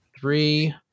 three